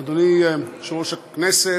אדוני יושב-ראש הישיבה,